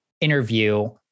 interview